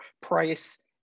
price